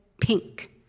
pink